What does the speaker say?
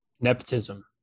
Nepotism